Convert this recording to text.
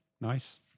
Nice